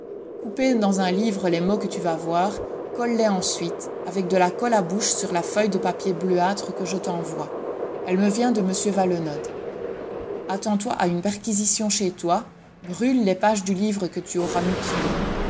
coupé dans un livre les mots que tu vas voir colle les ensuite avec de la colle à bouche sur la feuille de papier bleuâtre que je t'envoie elle me vient de m valenod attends toi à une perquisition chez toi brûle les pages du livre que tu auras mutilé